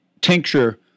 tincture